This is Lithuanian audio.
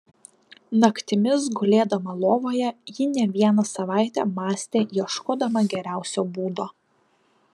naktimis gulėdama lovoje ji ne vieną savaitę mąstė ieškodama geriausio būdo